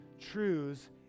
truths